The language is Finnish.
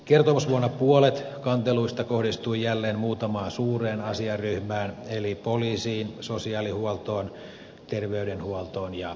kertomusvuonna puolet kanteluista kohdistui jälleen muutamaan suureen asiaryhmään eli poliisiin sosiaalihuoltoon terveydenhuoltoon ja vankeinhoitoon